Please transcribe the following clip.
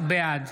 בעד